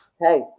Hey